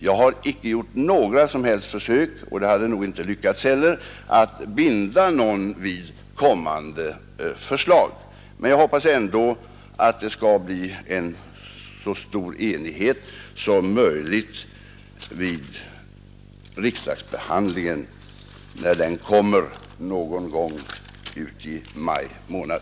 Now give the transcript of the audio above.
Jag har icke gjort några som helst försök — och hade nog inte lyckats heller — att binda någon vid kommande förslag, men jag hoppas ändå att det skall bli en så stor enighet som möjligt vid den kommande riksdagsbehandlingen någon gång i maj månad.